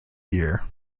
year